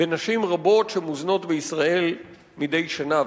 בנשים רבות שמוזנות בישראל מדי שנה.